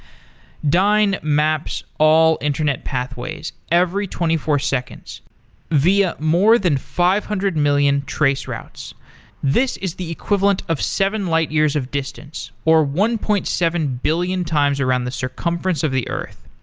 dyn maps all internet pathways every twenty four seconds via more than five hundred million traceroutes. this is the equivalent of seven light years of distance, or one point seven billion times around the circumference of the earth.